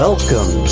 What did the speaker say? Welcome